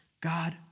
God